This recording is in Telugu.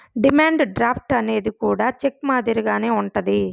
డిమాండ్ డ్రాఫ్ట్ అనేది కూడా చెక్ మాదిరిగానే ఉంటది